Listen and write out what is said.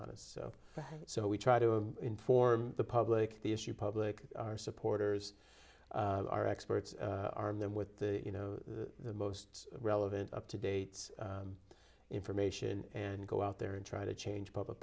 honest so we try to inform the public the issue public our supporters our experts arm them with the you know the most relevant up to date information and go out there and try to change public